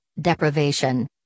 deprivation